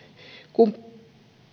kun